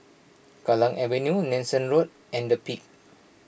Kallang Avenue Nanson Road and the Peak